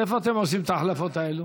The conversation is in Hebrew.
מאיפה אתם עושים את ההחלפות האלה?